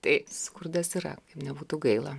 tai skurdas yra kaip nebūtų gaila